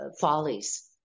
*Follies*